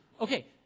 okay